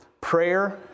prayer